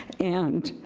and